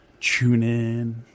TuneIn